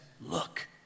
look